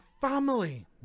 family